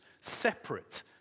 separate